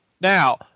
now